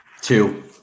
two